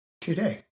today